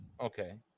Okay